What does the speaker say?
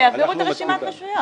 שיעבירו את רשימת הרשויות.